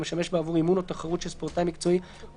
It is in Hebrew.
משמש בעבור אימון או תחרות של ספורטאי מקצועי או